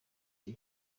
cyo